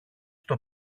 στο